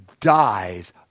dies